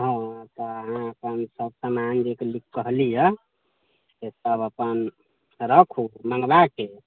हाँ तऽ अहाँ अपन सब समान जे कहलीहँ से सभ अपन रखू मँगबाके